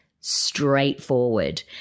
straightforward